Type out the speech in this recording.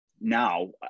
now